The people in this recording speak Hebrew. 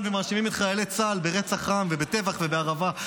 ומאשימים את חיילי צה"ל ברצח עם ובטבח ובהרעבה.